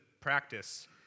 practice